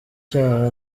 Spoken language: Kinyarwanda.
cyaha